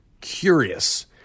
curious